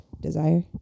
desire